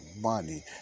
money